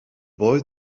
boy